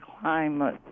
climate